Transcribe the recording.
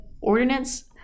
Ordinance